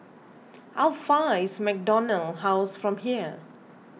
how far away is MacDonald House from here